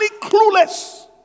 clueless